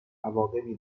عواقبی